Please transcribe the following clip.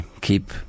keep